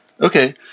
Okay